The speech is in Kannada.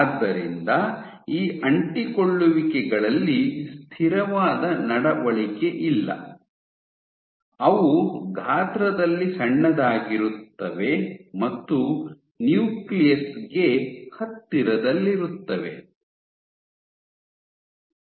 ಆದ್ದರಿಂದ ಈ ಅಂಟಿಕೊಳ್ಳುವಿಕೆಗಳಲ್ಲಿ ಸ್ಥಿರವಾದ ನಡವಳಿಕೆಯಿಲ್ಲ ಅವು ಗಾತ್ರದಲ್ಲಿ ಸಣ್ಣದಾಗಿರುತ್ತವೆ ಮತ್ತು ನ್ಯೂಕ್ಲಿಯಸ್ ಗೆ ಹತ್ತಿರದಲ್ಲಿರುತ್ತವೆ